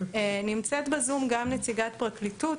נמצאת בזום גם נציגת פרקליטות.